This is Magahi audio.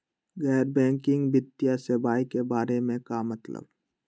गैर बैंकिंग वित्तीय सेवाए के बारे का मतलब?